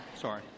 Sorry